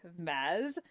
Maz